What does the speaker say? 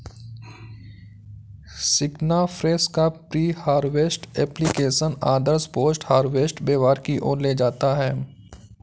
सिग्नाफ्रेश का pre harvest application आदर्श post harvest व्यवहार की ओर ले जाता है